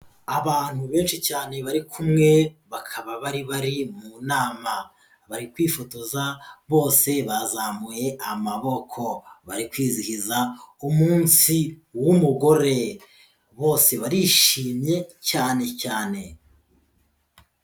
Abantu benshi cyane bari kumwe bakaba bari bari mu nama, bari kwifotoza bose bazamuye amaboko. Bari kwizihiza umunsi w'umugore bose barishimye cyane cyane.